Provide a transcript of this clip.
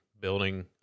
building